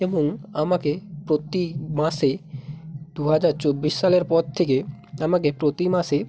এবং আমাকে প্রতি মাসে দু হাজার চব্বিশ সালের পর থেকে আমাকে প্রতি মাসে